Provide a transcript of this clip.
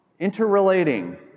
interrelating